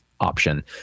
Option